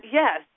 yes